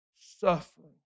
suffering